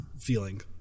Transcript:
feeling